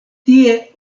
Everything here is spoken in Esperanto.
tie